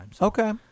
Okay